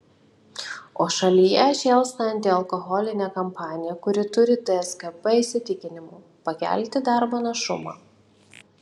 o šalyje šėlsta antialkoholinė kampanija kuri turi tskp įsitikinimu pakelti darbo našumą